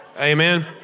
Amen